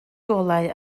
golau